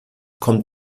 kommt